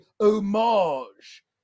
homage